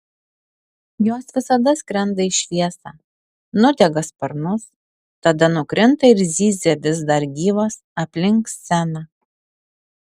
jos visada skrenda į šviesą nudega sparnus tada nukrinta ir zyzia vis dar gyvos aplink sceną